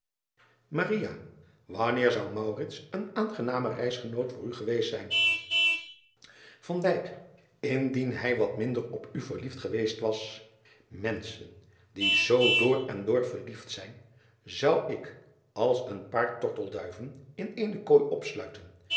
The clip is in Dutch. anneer zou een aangenamer reisgenoot voor u geweest zijn ndien hij wat minder op u verliefd geweest was enschen die zoo door en door verliefd zijn zou ik als een paar tortelduiven in eene kooi opsluiten